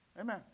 Amen